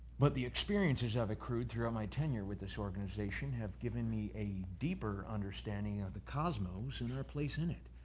but the experiences i've accrued throughout my tenure with this organization have given me a deeper understanding of the cosmos and our place in it.